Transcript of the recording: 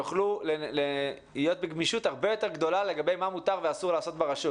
יוכלו להיות בגמישות הרבה יותר גדולה לגבי מה מותר ואסור לעשות ברשות.